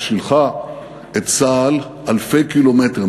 שילחה את צה"ל אלפי קילומטרים,